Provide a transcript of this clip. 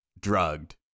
drugged